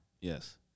Yes